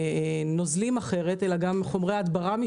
הנוזלים של האדמה אלא בשינוי חומרי ההדברה.